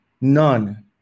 none